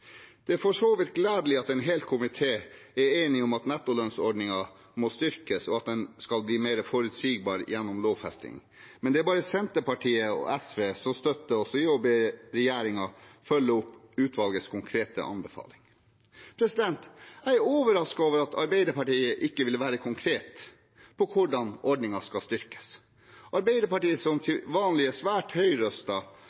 Det er for så vidt gledelig at en hel komité er enig om at nettolønnsordningen må styrkes, og at den skal bli mer forutsigbar gjennom lovfesting. Men det er bare Senterpartiet og SV som støtter oss i å be regjeringen følge opp utvalgets konkrete anbefalinger. Jeg er overrasket over at Arbeiderpartiet ikke vil være konkret på hvordan ordningen skal styrkes. Arbeiderpartiet